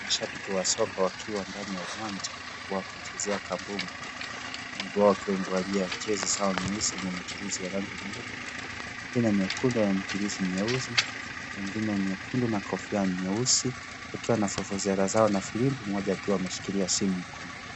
Mashabiki wa soka wakiwa ndani ya uwanja wa kuchezea kabumbu, wengi wao wakiwa wamevalia jezi zao nyeusi yenye michirizi ya rangi nyeupe nyingine nyekundu yenye michirizi mieusi, wengine nyekundu na kofia nyeusi wakiwa na fufuzela zao na firimbi mmoja akiwa ameshikilia simu mkononi.